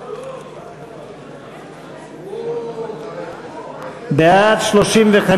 מרצ וקבוצת סיעת העבודה לסעיף 34 לא נתקבלה.